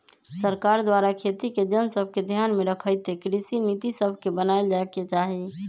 सरकार द्वारा खेती के जन सभके ध्यान में रखइते कृषि नीति सभके बनाएल जाय के चाही